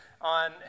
on